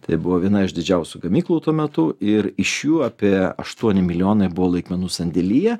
tai buvo viena iš didžiausių gamyklų tuo metu ir iš jų apie aštuoni milijonai buvo laikmenų sandėlyje